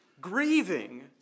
grieving